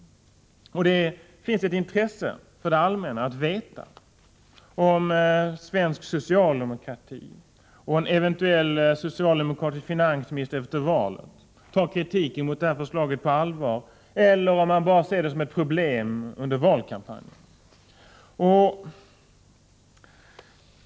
Men, herr talman, det är ett intresse för det allmänna att veta, om svensk socialdemokrati, och en eventuell socialdemokratisk finansminister efter valet, tar kritik mot det här förslaget på allvar eller om man bara ser det hela som ett problem under valkampanjen.